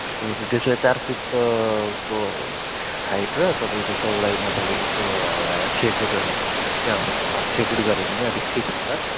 ल ठिकै छ त्यसो भए चार फिट को हाइट र तपाईँको चौडाइमा तपाईँको छ फिट वा अब छ फिट गर्यो भने अलिक ठिक हुन्छ